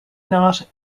not